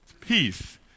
peace